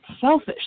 selfish